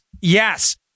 yes